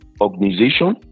organization